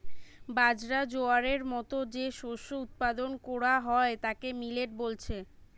বাজরা, জোয়ারের মতো যে শস্য উৎপাদন কোরা হয় তাকে মিলেট বলছে